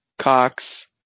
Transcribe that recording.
Cox